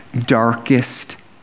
darkest